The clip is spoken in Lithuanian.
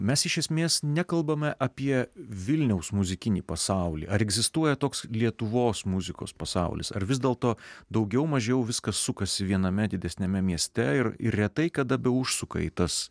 mes iš esmės nekalbame apie vilniaus muzikinį pasaulį ar egzistuoja toks lietuvos muzikos pasaulis ar vis dėlto daugiau mažiau viskas sukasi viename didesniame mieste ir ir retai kada beužsuka į tas